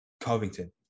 Covington